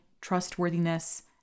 trustworthiness